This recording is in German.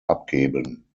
abgeben